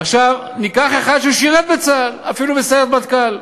עכשיו ניקח אחד ששירת בצה"ל, אפילו בסיירת מטכ"ל,